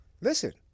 Listen